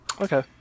okay